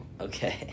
okay